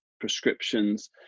prescriptions